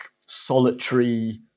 solitary